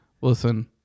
listen